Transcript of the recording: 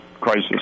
crisis